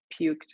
puked